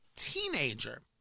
teenager